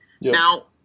Now